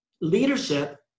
leadership